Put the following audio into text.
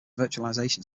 virtualization